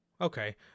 Okay